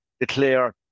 declare